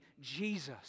Jesus